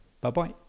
Bye-bye